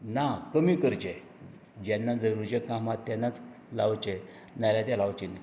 ना कमी करचे जेन्ना जरुरी काम आसा तेन्नाच लावचें नाल्यार तें लावचे न्हय